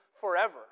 forever